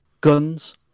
guns